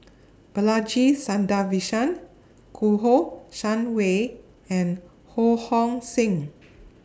Balaji Sadasivan Kouo Shang Wei and Ho Hong Sing